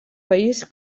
país